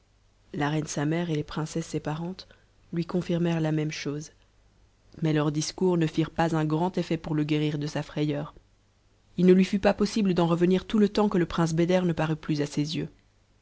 la reine sa mère et les princesses ses parentes lui confirmèrent la même chose mais leurs discours ne firent pas un grand effet pour le guérir de sa frayeur il ne lui fut pas possible d'en revenir tout le temps que le prince beder ne parut plus à ses yeux